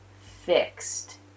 fixed